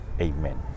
Amen